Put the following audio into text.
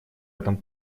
этом